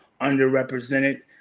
underrepresented